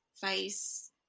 face